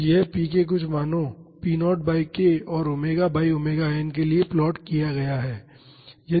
तो यह p के कुछ मानों p0 बाई k और ओमेगा बाई ओमेगा n के लिए प्लॉट किया गया है